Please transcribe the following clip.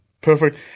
perfect